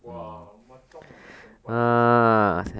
!wow! macam like my senpai like that sia